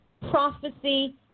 prophecy